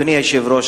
אדוני היושב-ראש,